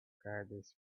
caddies